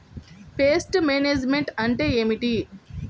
Pest management అంటే ఏమిటి?